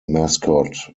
mascot